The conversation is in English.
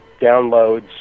downloads